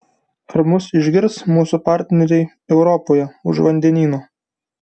ar mus išgirs mūsų partneriai europoje už vandenyno